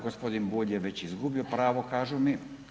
Gospodin Bulj je već izgubio pravo kažu mi.